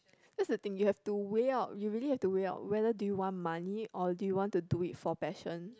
that's the thing you have to weigh out you really have to weigh out whether do you want money or do you want to do it for passion